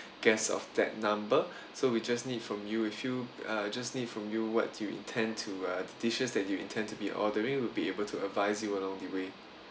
guests of that number so we just need from you a few uh just need from you what you intend to uh the dishes that you intend to be ordering we'd be able to advise you along the way